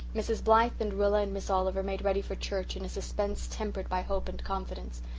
mrs. blythe and rilla and miss oliver made ready for church in a suspense tempered by hope and confidence.